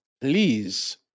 please